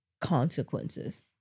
consequences